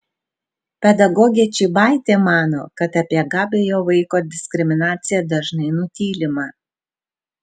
pedagogė čybaitė mano kad apie gabiojo vaiko diskriminaciją dažnai nutylima